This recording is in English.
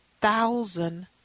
thousand